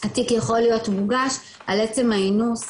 התיק יכול להיות מוגש על עצם האינוס,